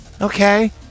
Okay